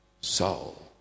soul